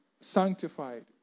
sanctified